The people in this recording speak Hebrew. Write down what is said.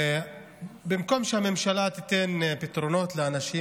ובמקום שהממשלה תיתן פתרונות לאנשים,